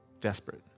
desperate